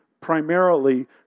primarily